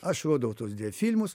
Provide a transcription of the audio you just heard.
aš rodau tuos diafilmus